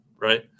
right